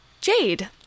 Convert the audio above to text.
Jade